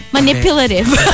Manipulative